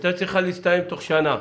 הייתה צריכה להסתיים תוך שנה.